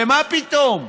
ומה פתאום?